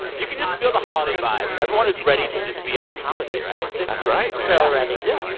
you can just feel the holiday vibes. everyone is ready to just be on holiday, right? that's right, man so ready yeah.